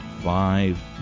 Five